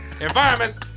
environments